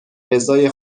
رضای